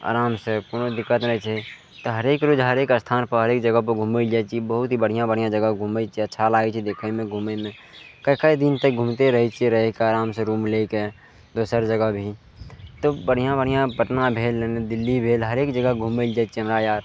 आरामसँ कोनो दिक्कत नहि छै तऽ हरेक रोज हरेक स्थानपर हरेक जगहपर घुमय लए जाइ छियै बहुत ही बढ़िआँ बढ़िाआँ जगह घुमय छियै अच्छा लागय छै देखयमे घुमयमे कए कए दिन तक घुमिते रहय छियै रहयके आरामसँ रूम लै कऽ दोसर जगह भी तऽ बढ़िआँ बढ़िआँ पटना भेल एने दिल्ली भेल हरेक जगह घुमय लय जाइ छियै हमरा आर